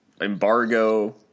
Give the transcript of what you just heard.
embargo